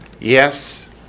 Yes